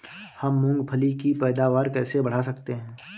हम मूंगफली की पैदावार कैसे बढ़ा सकते हैं?